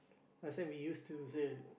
last time we use to same